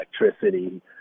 electricity